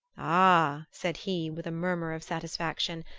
ah, said he with a murmur of satisfaction,